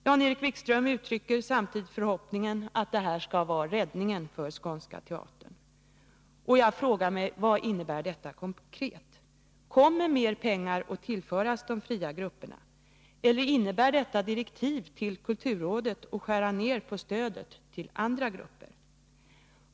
Jan-Erik Wikström uttrycker samtidigt förhoppningen att det här skall bli räddningen för Skånska Teatern. Jag frågar mig: Vad innebär detta konkret? Kommer mer pengar att tillföras de fria grupperna, eller innebär detta direktiv till kulturrådet att skära ner på stödet till andra grupper?